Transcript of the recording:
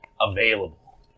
available